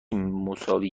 مساوی